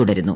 തുടരുന്നു